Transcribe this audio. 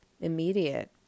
immediate